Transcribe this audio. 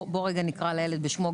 בוא רגע נקרא לילד בשמו.